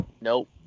Nope